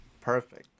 Perfect